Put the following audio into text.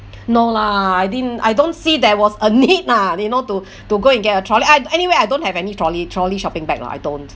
no lah I didn't I don't see there was a need lah you know to to go and get a trolley I'd anyway I don't have any trolley trolley shopping bag lah I don't